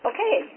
Okay